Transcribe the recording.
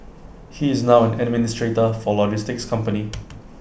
he is now an administrator for A logistics company